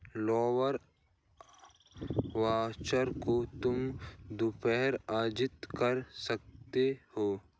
labour voucher को तुम दोबारा अर्जित कर सकते हो